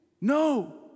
no